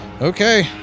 Okay